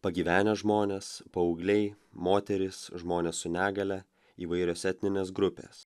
pagyvenę žmonės paaugliai moterys žmonės su negalia įvairios etninės grupės